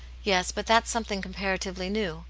yes but that's something comparatively new.